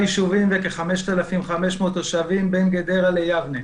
ישובים וכ-5,500 תושבים בין גדרה ליבנה.